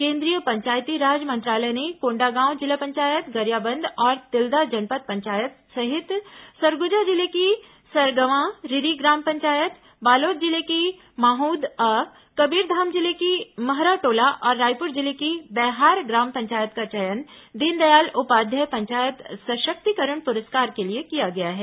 केन्द्रीय पंचायती राज मंत्रालय ने कोंडागांव जिला पंचायत गरियाबंद और तिल्दा जनपद पंचायत सहित सरगुजा जिले की सरगवां रिरी ग्राम पंचायत बालोद जिले की माहद अ कबीरधाम जिले की महराटोला और रायपुर जिले की बैहार ग्राम पंचायत का चयन दीनदयाल उपाध्याय पंचायत सशक्तिकरण पुरस्कार के लिए किया गया है